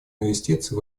инвестиций